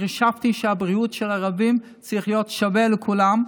כי חשבתי שהבריאות של ערבים צריכה להיות שווה לשל כולם,